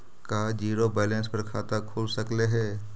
का zero balance पर खाता खुल सकले हे?